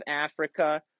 Africa